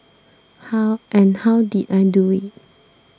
how and how did I do it